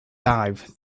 dive